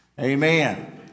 Amen